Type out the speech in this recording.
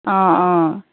অঁ অঁ